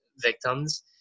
victims